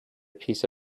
piece